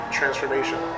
transformation